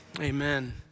Amen